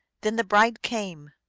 then the bride came.